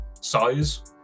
size